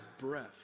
breath